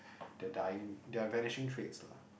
they are dying they are vanishing trades lah